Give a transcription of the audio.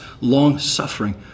Long-suffering